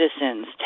citizens